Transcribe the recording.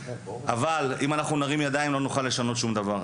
אבל אם נרים ידיים לא נוכל לשנות דבר.